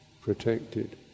protected